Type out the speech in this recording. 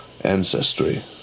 ancestry